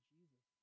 Jesus